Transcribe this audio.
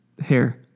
Hair